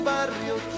Barrio